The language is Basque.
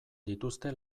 dituzte